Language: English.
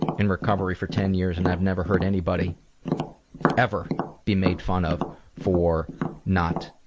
in recovery for ten years and i've never heard anybody ever be made fun of for not